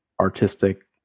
artistic